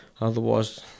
otherwise